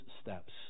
steps